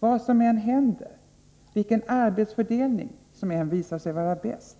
Vad som än händer, vilken arbetsfördelning som än visar sig vara bäst,